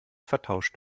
vertauscht